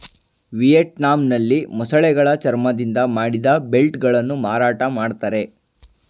ವಿಯೆಟ್ನಾಂನಲ್ಲಿ ಮೊಸಳೆಗಳ ಚರ್ಮದಿಂದ ಮಾಡಿದ ಬೆಲ್ಟ್ ಗಳನ್ನು ಮಾರಾಟ ಮಾಡ್ತರೆ